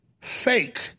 fake